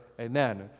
Amen